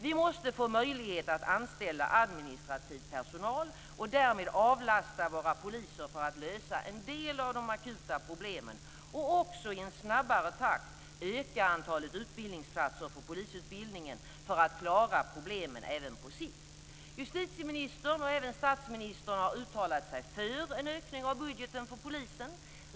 Vi måste få möjlighet att anställa administrativ personal och därmed avlasta våra poliser för att lösa en del av de akuta problemen och också i en snabbare takt öka antalet utbildningsplatser på polisutbildningen för att klara problemen även på sikt. Justitieministern och även statsministern har uttalat sig för en ökning av budgeten för polisen.